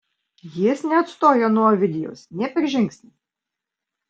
jis neatstojo nuo ovidijaus nė per žingsnį